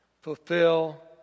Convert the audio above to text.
Fulfill